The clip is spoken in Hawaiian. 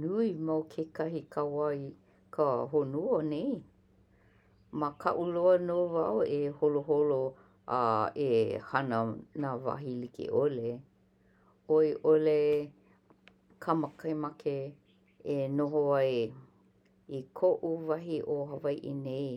Nui mau kekahi kaua i ka honua nei. Makaʻu loa nō wau e holoholo a e hana nā wahi likeʻole. ʻOiʻole ka makemake e noho ai i koʻu wahi o Hawaiʻi nei